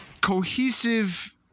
cohesive